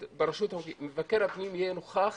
מבקר הפנים יהיה נוכח